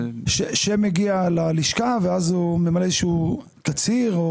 כשהוא מגיע ללשכה, הוא ממלא איזה שהוא תצהיר?